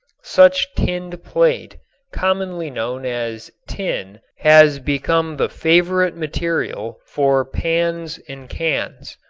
such tinned plate commonly known as tin has become the favorite material for pans and cans.